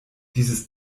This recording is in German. dieses